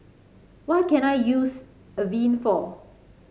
what can I use Avene for